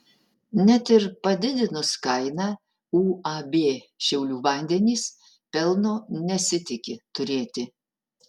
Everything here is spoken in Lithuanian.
net ir padidinus kainą uab šiaulių vandenys pelno nesitiki turėti